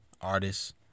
artists